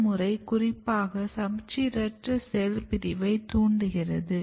இந்த முறை குறிப்பாக சமச்சீரற்ற செல் பிரிவை தூண்டுகிறது